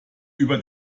über